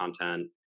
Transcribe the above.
content